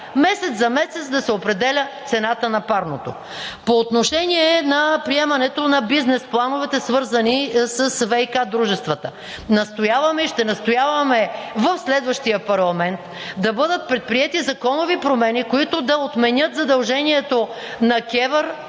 месец за месец да се определя цената на парното. По отношение на приемането на бизнес плановете, свързани с ВиК дружествата. Настояваме и ще настояваме в следващия парламент да бъдат предприети законови промени, които да отменят задължението на КЕВР